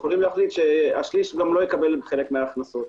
יכולים להחליט שהשליש לא יקבל חלק מההכנסות.